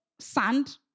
sand